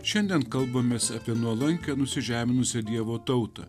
šiandien kalbamės apie nuolankią nusižeminusią dievo tautą